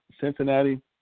Cincinnati